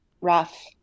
rough